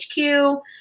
hq